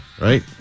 right